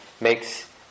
makes